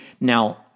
Now